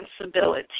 responsibility